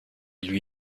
lui